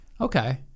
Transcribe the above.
okay